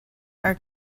are